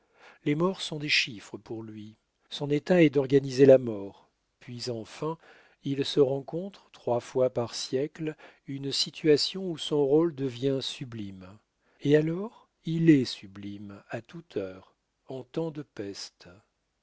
les morts sont des chiffres pour lui son état est d'organiser la mort puis enfin il se rencontre trois fois par siècle une situation où son rôle devient sublime et alors il est sublime à toute heure en temps de peste